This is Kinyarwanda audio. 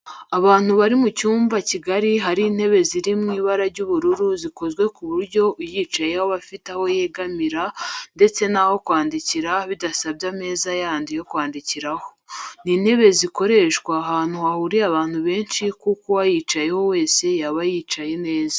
Abantu bari mu cyumba kigari hari intebe ziri mu ibara ry'ubururu zikozwe ku buryo uyicayeho aba afite aho yegamira ndetse n'aho kwandikira bidasabye ameza yandi yo kwandikiraho. Ni intebe zakoreshwa ahantu hahuriye abantu benshi kuko uwayicaraho wese yaba yicaye neza